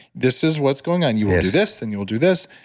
this is what's going on. you will do this and you will do this.